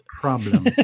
problem